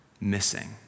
missing